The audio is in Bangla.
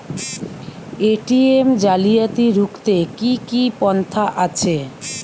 এ.টি.এম জালিয়াতি রুখতে কি কি পন্থা আছে?